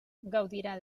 gaudirà